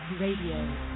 Radio